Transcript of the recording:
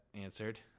answered